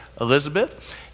elizabeth